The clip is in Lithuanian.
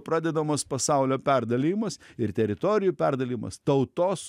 pradedamas pasaulio perdalijimas ir teritorijų perdalijimas tautos